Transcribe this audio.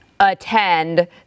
attend